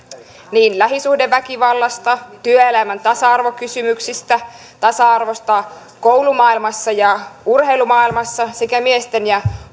lähisuhdeväkivallasta työelämän tasa arvokysymyksistä tasa arvosta koulumaailmassa ja urheilumaailmassa sekä miesten ja